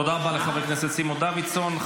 תודה רבה לחבר הכנסת סימון דוידסון.